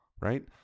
right